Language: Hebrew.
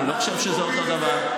אני לא חושב שזה אותו דבר.